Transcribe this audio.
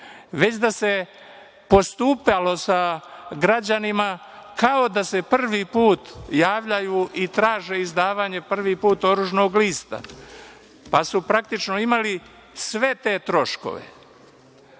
već da se postupalo sa građanima kao da se prvi put javljaju i traže prvi put izdavanje oružanog lista, pa su praktično imali sve te troškove. Zbog